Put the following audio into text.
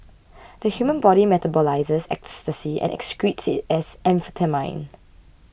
the human body metabolises ecstasy and excretes it as amphetamine